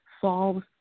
solves